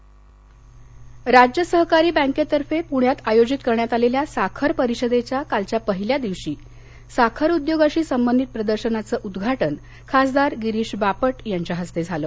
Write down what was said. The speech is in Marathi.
साखर परिषद राज्य सहकारी बँकेतर्फे पूण्यात आयोजित करण्यात आलेल्या साखर परिषदेच्या कालच्या पहिल्या दिवशी साखर उद्योगाशी संबंधित प्रदर्शनाघं उदघाटन खासदार गिरीश बापट यांच्या हस्ते झालं